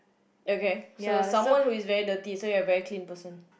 okay so someone who is very dirty so you are a very clean person